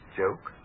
joke